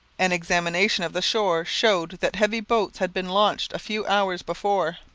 an examination of the shore showed that heavy boats had been launched a few hours before.